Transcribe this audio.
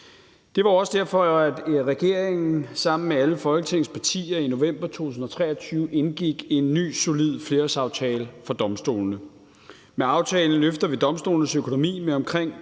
Det var også derfor, at regeringen sammen med alle Folketingets partier i november 2023 indgik en ny solid flerårsaftale for domstolene. Med aftalen løfter vi domstolenes økonomi med omkring